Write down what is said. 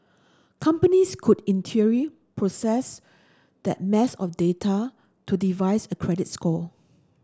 companies could in theory process that mass on data to devise a credit score